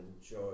enjoy